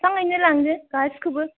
बिफाङैनो लांदो गासैखौबो